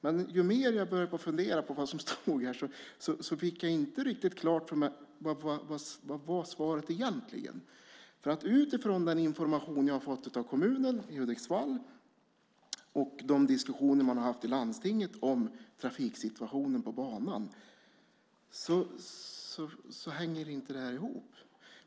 Men när jag började fundera på vad som stod i det fick jag inte riktigt klart för mig vad svaret egentligen var. Utifrån den information som jag har fått av kommunen i Hudiksvall och de diskussioner som man har haft i landstinget om trafiksituationen på banan hänger detta inte ihop.